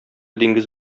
диңгез